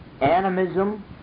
animism